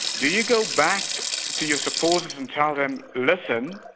do you go back to your supporters and tell them listen,